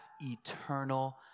eternal